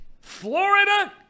Florida